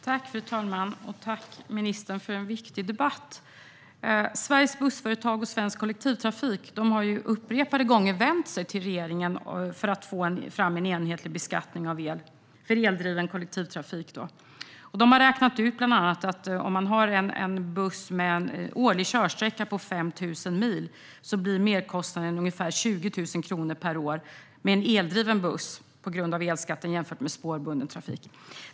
Fru talman! Jag tackar ministern för en viktig debatt. Sveriges Bussföretag och Svensk Kollektivtrafik har upprepade gånger vänt sig till regeringen för att få fram en enhetlig beskattning av el för eldriven kollektivtrafik. De har bland annat räknat ut att med en årlig körsträcka på 5 000 mil för en buss blir merkostnaden ungefär 20 000 kronor per år med en eldriven buss på grund av elskatten, jämfört med spårbunden trafik.